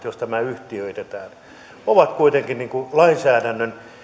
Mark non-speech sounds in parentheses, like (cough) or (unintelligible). (unintelligible) jos tämä yhtiöitetään on kuitenkin lainsäädännön